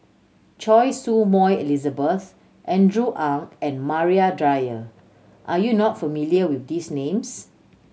Choy Su Moi Elizabeth Andrew Ang and Maria Dyer are you not familiar with these names